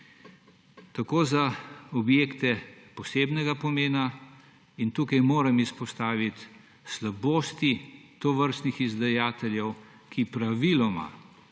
tako da objekte posebnega pomena – in tukaj moram izpostavit slabosti tovrstnih izdajateljev, ki praviloma